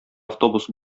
автобус